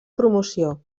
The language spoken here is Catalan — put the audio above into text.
promoció